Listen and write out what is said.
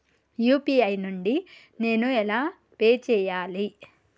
UPI నుండి నేను ఎలా పే చెయ్యాలి?